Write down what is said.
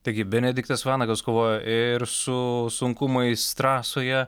taigi benediktas vanagas kovojo ir su sunkumais trasoje